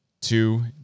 Two